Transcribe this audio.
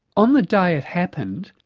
on the day it happened,